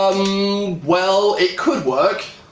i mean well it could work,